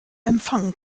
empfang